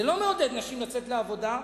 זה לא מעודד נשים לצאת לעבודה.